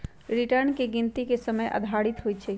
return की गिनति के समय आधारित होइ छइ